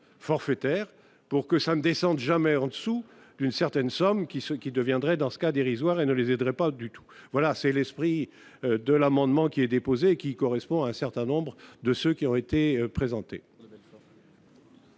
pour que ça ne descendent jamais en dessous d'une certaine somme qui se qui deviendrait dans ce cas, dérisoire et ne les aiderait pas du tout, voilà, c'est l'esprit de l'amendement qui est déposé, qui correspond à un certain nombre de ceux qui ont été présentés.